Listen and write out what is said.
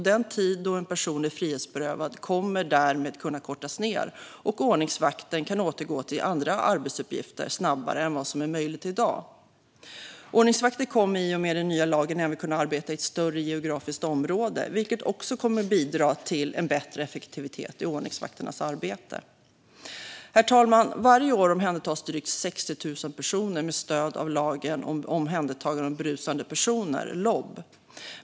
Den tid en person är frihetsberövad kommer därmed att kunna kortas, och ordningsvakten kan återgå till andra arbetsuppgifter snabbare än vad som är möjligt i dag. Ordningsvakter kommer i och med den nya lagen även att kunna arbeta i ett större geografiskt område, vilket också kommer att bidra till bättre effektivitet i ordningsvakternas arbete. Herr talman! Varje år omhändertas drygt 60 000 personer med stöd av lagen om omhändertagande av berusade personer, LOB.